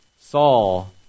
Saul